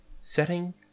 setting